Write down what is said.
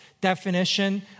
definition